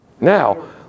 Now